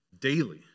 daily